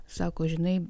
sako žinai